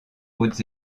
hautes